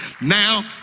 now